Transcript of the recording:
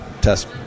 test